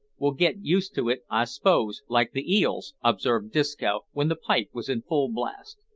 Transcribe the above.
we'll get used to it i s'pose, like the eels, observed disco, when the pipe was in full blast.